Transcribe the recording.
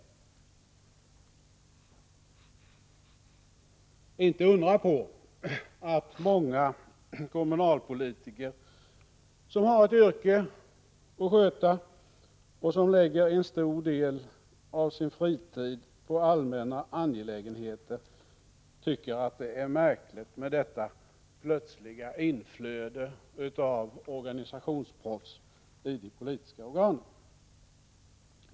Det är inte att undra på att många kommunalpolitiker, som har ett yrke att sköta och som lägger en stor del av sin fritid på allmänna angelägenheter, tycker att det är märkligt med detta plötsliga inflöde av organisationsproffs i de politiska organen.